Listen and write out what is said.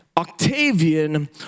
Octavian